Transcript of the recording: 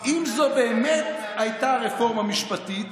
אם זו באמת הייתה רפורמה משפטית,